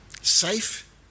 safe